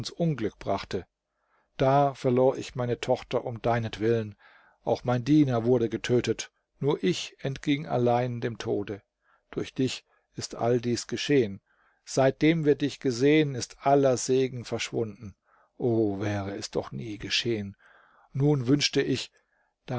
unglück brachte da verlor ich meine tochter um deinetwillen auch mein diener wurde getötet nur ich entging allein dem tode durch dich ist all dies geschehen seitdem wir dich gesehen ist aller segen verschwunden o wäre es doch nie geschehen nun wünschte ich